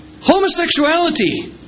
Homosexuality